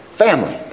family